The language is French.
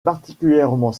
particulièrement